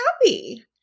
happy